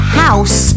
house